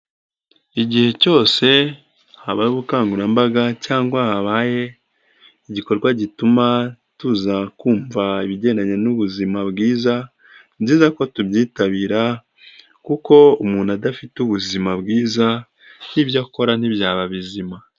Igihe cyose habaye ubukangurambaga cyangwa habaye igikorwa gituma tuza kumva ibigendanye n'ubuzima bwiza, ni byizi ko tubyitabira kuko umuntu adafite ubuzima bwiza n'ibyo akora ntibyaba bizima.